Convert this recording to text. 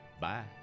Bye